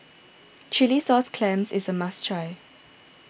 Chilli Sauce Clams is a must try